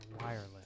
wireless